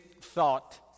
thought